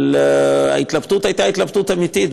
אבל ההתלבטות הייתה התלבטות אמיתית,